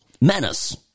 menace